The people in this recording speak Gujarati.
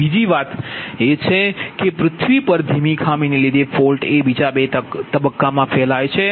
બીજી વાત એ છે કે પૃથ્વી પર ધીમી ખામીને લીધે ફોલ્ટ એ બીજા બે તબક્કામાં ફેલાય છે